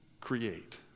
create